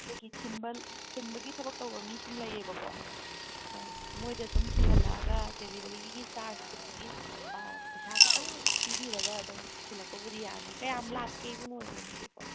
ꯑꯩꯈꯣꯏꯒꯤ ꯊꯤꯟꯕ ꯊꯤꯟꯕꯒꯤ ꯊꯕꯛ ꯇꯧꯕ ꯃꯤꯁꯤꯡ ꯂꯩꯌꯦꯕꯀꯣ ꯑꯗꯨꯅ ꯃꯣꯏꯗ ꯁꯨꯝ ꯊꯤꯟꯍꯜꯂꯛꯑꯒ ꯗꯦꯂꯤꯕꯔꯤꯒꯤ ꯆꯥꯔꯖ ꯊꯤꯟꯕꯒꯤ ꯑꯥ ꯄꯩꯁꯥ ꯈꯤꯇꯪ ꯄꯤꯕꯤꯔꯒ ꯑꯗꯨꯝ ꯊꯤꯜꯂꯛꯄꯕꯨꯗꯤ ꯌꯥꯅꯤ ꯀꯌꯥꯝ ꯂꯥꯞꯀꯦ ꯏꯕꯨꯡꯉꯣꯒꯤ ꯌꯨꯝꯁꯤꯕꯣ